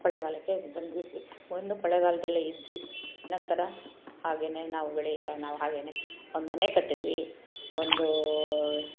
ಕೊಳ್ಳೇಗಾಲಕ್ಕೆ ಬಂದುಬಿಟ್ವಿ ಬಂದು ಕೊಳ್ಳೇಗಾಲದಲ್ಲೇ ಇದ್ವಿ ನಂತರ ಹಾಗೆಯೇ ನಾವು ಬೆಳಿತಾ ನಾವು ಹಾಗೆಯೇ ಒಂದು ಮನೆ ಕಟ್ಟಿದ್ವಿ ಒಂದು